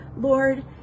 lord